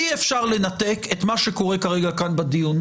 אי אפשר לנתק את מה שקורה כרגע כאן בדיון